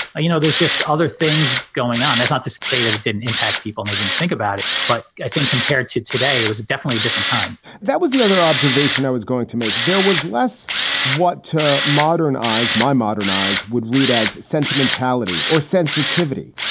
you know, there's just other things going on. that's not to say that it didn't impact people. they didn't think about it. but i think compared to today, it was definitely a different time that was the other observation i was going to make. there was less what to modernize. my modernized would read as sentimentality or sensitivity.